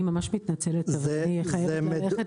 אני ממש מתנצלת אבל אני חייבת ללכת